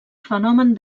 fenomen